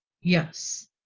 Yes